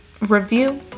review